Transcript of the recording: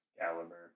Excalibur